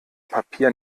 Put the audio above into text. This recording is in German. papier